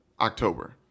October